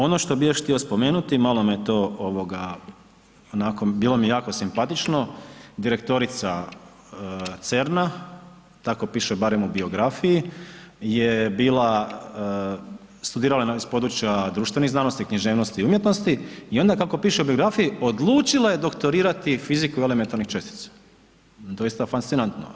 Ono što bi još htio spomenuti, malo me to ovoga, onako bilo mi je jako simpatično, direktorica CERN-a tako piše barem u biografiji je bila, studirala je iz područja društvenih znanosti, književnost i umjetnosti i onda kako piše u biografiji odlučila je doktorirati fiziku elementarnih čestica, doista fascinantno.